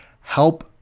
help